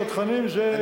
התותחנים זה הגל הקל.